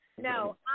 No